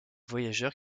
voyageurs